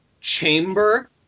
chamber